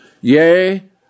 yea